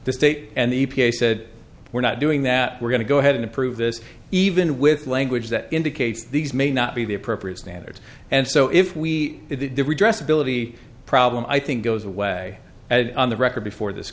the state and the e p a said we're not doing that we're going to go ahead and approve this even with language that indicates these may not be the appropriate standards and so if we did redress ability problem i think goes away at on the record before this